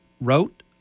wrote